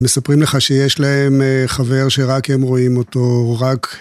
מספרים לך שיש להם חבר שרק הם רואים אותו, הוא רק...